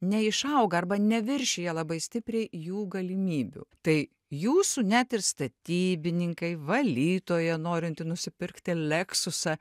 neišauga arba neviršija labai stipriai jų galimybių tai jūsų net ir statybininkai valytoja norinti nusipirkti leksusą